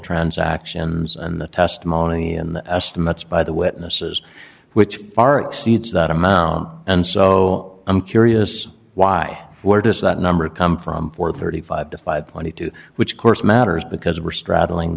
transactions and the testimony and the estimates by the witnesses which far exceeds that amount and so i'm curious why where does that number come from four thirty five to five twenty two which of course matters because we're straddling